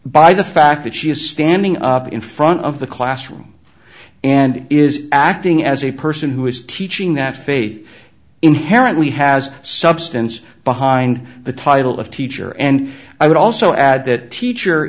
by the fact that she is standing up in front of the classroom and is acting as a person who is teaching that faith inherently has substance behind the title of teacher and i would also add that teacher